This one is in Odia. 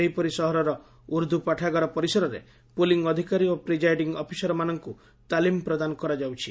ସେହିପରି ସହରର ଉର୍ଦ୍ଦୁ ପାଠାଗାର ପରିସରରେ ପୁଲିଂ ଅଧିକାରୀ ଓ ପ୍ରିଜାଇଡିଂ ଅଫିସରମାନଙ୍କ ତାଲିମ ପ୍ରଦାନ କରାଯାଉଛି